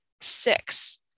six